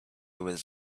was